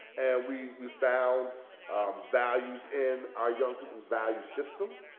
we we found values in our young people's value system.